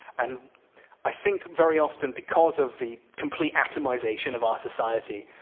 and i think very often, because of the complete atomization of our society